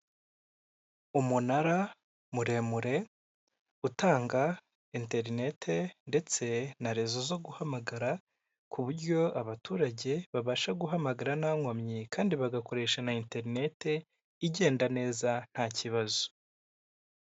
Umunara muremure utanga interinet ndetse na rezo zo guhamagara, ku buryo abaturage babasha guhamagara nta nkomyi kandi bagakoresha na interinet igenda neza nta kibazo.